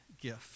gift